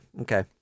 Okay